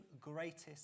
greatest